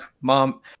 mom